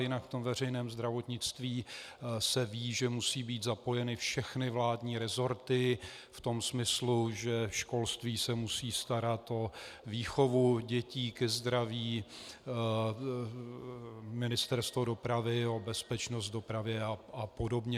Jinak ve veřejném zdravotnictví se ví, že musí být zapojeny všechny vládní resorty v tom smyslu, že školství se musí starat o výchovu dětí ke zdraví, Ministerstvo dopravy o bezpečnost dopravy apod.